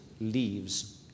leaves